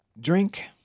Drink